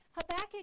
Habakkuk